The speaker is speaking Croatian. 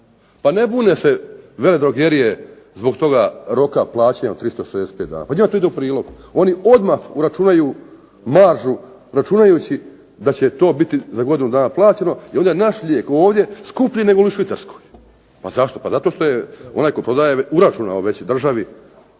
Pa ne bune se veledrogerije zbog toga roka plaćanja od 365 dana. Pa njoj to ide u prilog. Oni odmah uračunaju maržu računajući da će to biti za godinu dana plaćeno i onda je naš lijek ovdje skuplji negoli u Švicarskoj. A zašto? Pa zato što je onaj tko prodaje uračunao već državi